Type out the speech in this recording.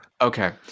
Okay